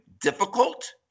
difficult